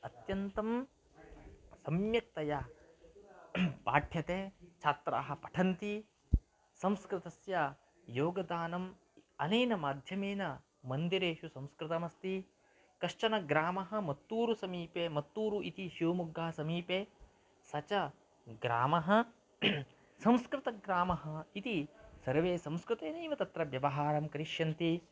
अत्यन्तं सम्यक्तया पाठ्यते छात्राः पठन्ति संस्कृतस्य योगदानम् अनेन माध्यमेन मन्दिरेषु संस्कृतमस्ति कश्चन ग्रामः मत्तूरुसमीपे मत्तूरु इति शिवमोग्गा समीपे स च ग्रामः संस्कृतग्रामः इति सर्वे संस्कृतेनैव तत्र व्यवहारं करिष्यन्ति